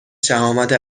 شهامت